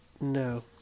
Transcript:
no